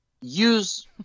use